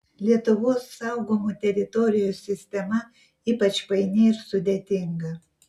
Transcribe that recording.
lietuvos saugomų teritorijų sistema ypač paini ir sudėtinga